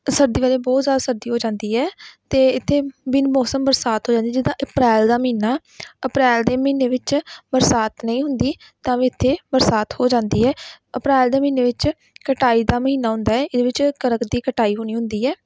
ਸਰਦੀ ਵੇਲੇ ਬਹੁਤ ਜ਼ਿਆਦਾ ਸਰਦੀ ਹੋ ਜਾਂਦੀ ਹੈ ਅਤੇ ਇੱਥੇ ਬਿਨ ਮੌਸਮ ਬਰਸਾਤ ਹੋ ਜਾਂਦੀ ਜਿੱਦਾਂ ਅਪ੍ਰੈਲ ਦਾ ਮਹੀਨਾ ਅਪ੍ਰੈਲ ਦੇ ਮਹੀਨੇ ਵਿੱਚ ਬਰਸਾਤ ਨਹੀਂ ਹੁੰਦੀ ਤਾਂ ਵੀ ਇੱਥੇ ਬਰਸਾਤ ਹੋ ਜਾਂਦੀ ਹੈ ਅਪ੍ਰੈਲ ਦੇ ਮਹੀਨੇ ਵਿੱਚ ਕਟਾਈ ਦਾ ਮਹੀਨਾ ਹੁੰਦਾ ਹੈ ਇਹਦੇ ਵਿੱਚ ਕਣਕ ਦੀ ਕਟਾਈ ਹੋਣੀ ਹੁੰਦੀ ਹੈ